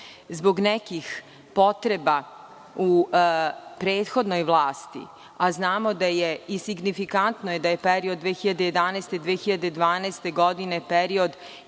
zbog nekih potreba u prethodnoj vlasti, a znamo da je isignifikantno da je period 2011, 2012. godine period